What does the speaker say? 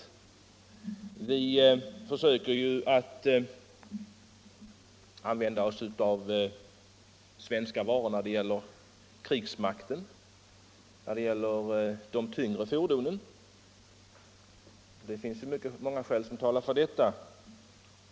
Krigsmakten försöker ju använda svenska fabrikat när det gäller de tyngre fordonen. Många skäl talar för detta.